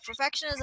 perfectionism